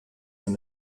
than